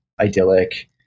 idyllic